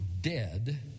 dead